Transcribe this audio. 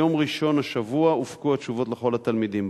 ביום ראשון השבוע הופקו התשובות לכל התלמידים.